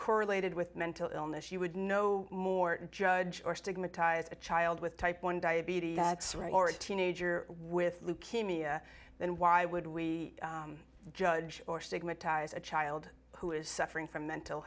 correlated with mental illness you would know more judge or stigmatize a child with type one diabetes or a teenager with leukemia than why would we judge or stigmatize a child who is suffering from mental